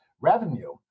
revenue